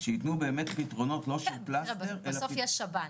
שיתנו באמת פתרונות לא של פלסתר --- בסוף יהיה שב"ן.